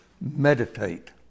meditate